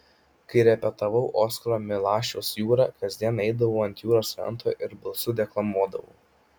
kai repetavau oskaro milašiaus jūrą kasdien eidavau ant jūros kranto ir balsu deklamuodavau